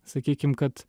sakykim kad